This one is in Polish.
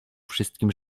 wszystkim